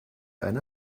eine